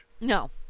No